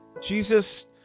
Jesus